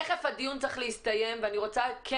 תיכף הדיון צריך להסתיים ואני רוצה כן